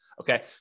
Okay